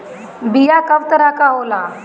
बीया कव तरह क होला?